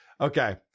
Okay